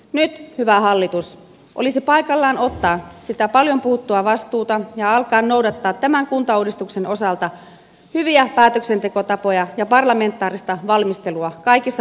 nyt hyvä hallitus olisi paikallaan ottaa sitä paljon puhuttua vastuuta ja alkaa noudattaa tämän kuntauudistuksen osalta hyviä päätöksentekotapoja ja parlamentaarista valmistelua kaikissa vaiheissa